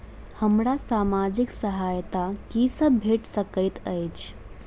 हमरा सामाजिक सहायता की सब भेट सकैत अछि?